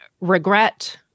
regret